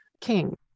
king